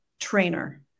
trainer